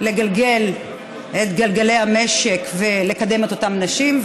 לגלגל את גלגלי המשק ולקדם את אותן נשים.